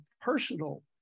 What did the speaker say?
personal